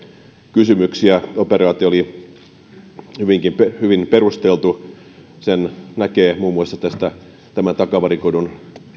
kysymyksiä operaatio oli hyvin perusteltu sen näkee muun muassa tästä takavarikoidun